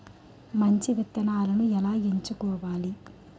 మంచి విత్తనాలను ఎలా ఎంచుకోవాలి?